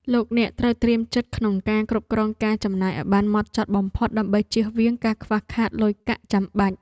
លោកអ្នកត្រូវត្រៀមចិត្តក្នុងការគ្រប់គ្រងការចំណាយឱ្យបានហ្មត់ចត់បំផុតដើម្បីជៀសវាងការខ្វះខាតលុយកាក់ចាំបាច់。